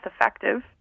effective